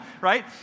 Right